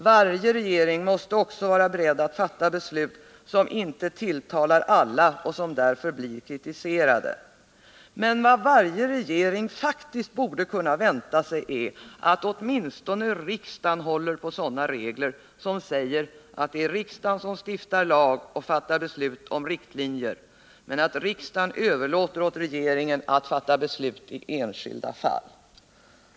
Varje regering måste också vara beredd att fatta beslut som inte tilltalar alla och som därför blir kritiserade. Men vad varje regering faktiskt borde kunna vänta sig är att åtminstone riksdagen håller på sådana regler som säger att det är riksdagen som stiftar lag och fattar beslut om riktlinjer men att riksdagen överlåter åt regeringen att fatta beslut i enskilda fall.